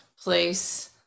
place